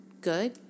Good